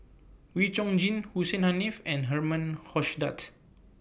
Wee Chong Jin Hussein Haniff and Herman Hochstadt